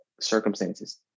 circumstances